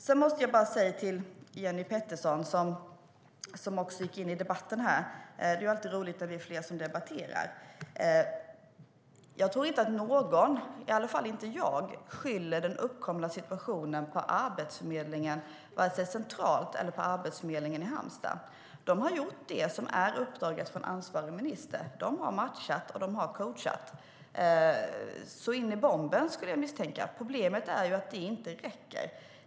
Sedan måste jag säga till Jenny Petersson som också gick in i debatten - det är alltid roligt att vara flera som debatterar - att jag inte tror att någon, i alla fall gör inte jag det, skyller den uppkomna situationen på Arbetsförmedlingen centralt eller på Arbetsförmedlingen i Halmstad. De har gjort det som de har i uppdrag från ansvarig minister att göra. De har matchat och coachat så in i bomben, skulle jag misstänka. Problemet är att det inte räcker.